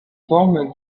forme